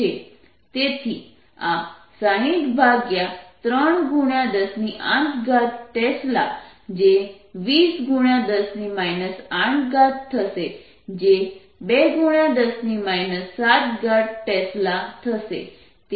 તેથી આ 603108 ટેસ્લા જે 2010 8 થશે જે 210 7 ટેસ્લા થશે